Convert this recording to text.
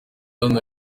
hano